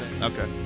okay